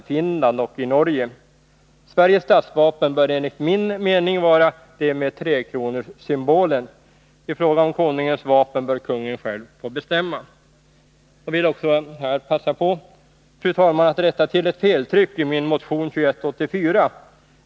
i Finland och Norge. Sveriges statsvapen bör enligt min mening vara det med trekronorssymbolen. I fråga om Konungens vapen bör kungen själv bestämma. Jag vill också, fru talman, passa på att rätta till ett feltryck i min motion 2184.